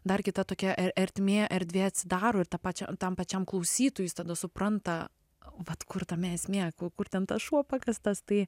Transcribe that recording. dar kita tokia ertmė erdvė atsidaro ir tą pačią tam pačiam klausytojui supranta vat kur tame esmė kur ten tas šuo pakastas tai